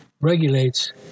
regulates